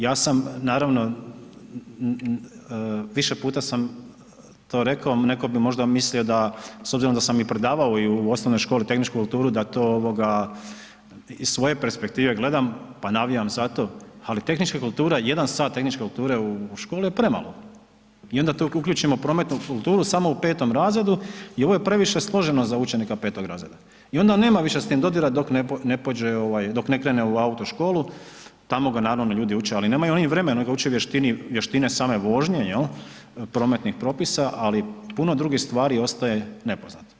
Ja sam naravno, više puta sam to rekao, netko bi možda mislio da s obzirom da sam i predavao i u osnovnoj školi tehničku kulturu da to ovoga iz svoje perspektive gledam, pa navijam za to, ali tehnička kultura, jedan sat tehničke kulture u školi je premalo i onda tako uključimo prometnu kulturu samo u 5.r. i ovo je previše složeno za učenika 5.r. i onda nema više s tim dodira dok ne pođe, dok ne krene u autoškolu, tamo ga naravno ljudi uče, ali nemaju oni vremenu da ga uče vještini, vještine same vožnje jel prometnih propisa, ali puno drugih stvari ostaje nepoznato.